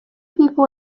people